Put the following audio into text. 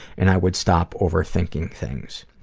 and i would stop overthinking things.